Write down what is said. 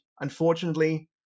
unfortunately